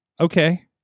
Okay